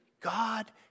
God